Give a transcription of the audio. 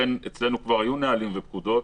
אצלנו כבר היו ויש נהלים ופקודות.